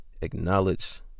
Acknowledge